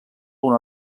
una